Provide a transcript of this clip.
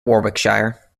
warwickshire